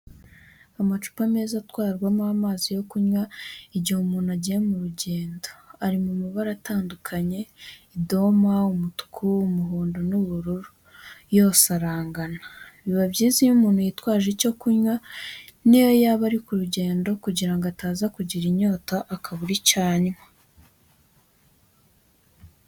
Amacupa meza atwarwamo amazi yo kunywa igihe umuntu agiye mu rugendo, ari mu mabara atandukanye, idoma, umutuku, umuhondo n'ubururu yose arangana, biba byiza iyo umuntu yitwaje icyo kunywa n'iyo yaba ari ku rugendo kugira ngo ataza kugira inyota akabura icyo anywa.